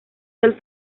del